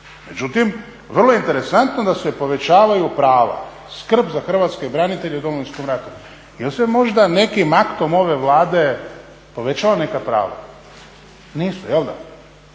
Međutim vrlo interesantno da se povećavaju prava, skrb za hrvatske branitelje u Domovinskom ratu. Jesu se možda nekim aktom ove Vlade povećala neka prava? Nisu jelda.